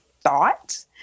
thought